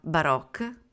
Baroque